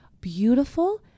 beautiful